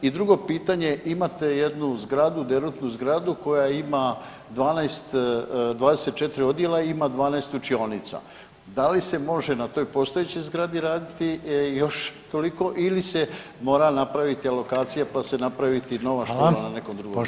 I drugo pitanje, imate jednu zgradu, derutnu zgradu koja ima 12, 24 odjela i ima 12 učinioca, da li se može na toj postojećoj zgradi raditi još toliko ili se mora napraviti alokacija, pa se napraviti nova škola na nekom drugom mjestu?